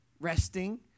resting